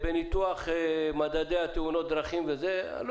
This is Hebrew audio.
ובניתוח מדדי תאונות הדרכים הוא יותר בקי ממני לא